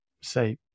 say